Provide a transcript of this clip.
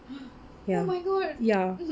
ya ya